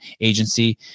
Agency